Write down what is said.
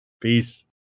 Peace